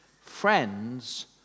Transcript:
friends